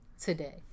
today